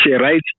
right